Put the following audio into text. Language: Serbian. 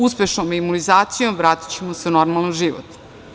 Uspešnom imunizacijom vratićemo se u normalan život.